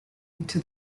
into